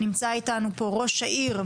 נמצא איתנו רז קינסטליך,